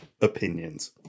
opinions